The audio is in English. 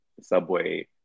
Subway